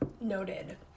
Noted